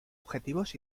objetivos